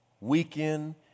weekend